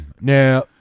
Now